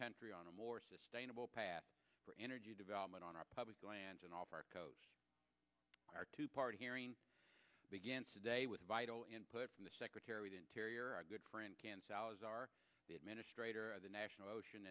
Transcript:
country on a more sustainable path for energy development on our public lands and off our coast our two party hearing begins today with vital input from the secretary of interior our good friend can salazar the administrator of the national ocean